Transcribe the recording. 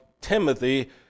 Timothy